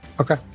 okay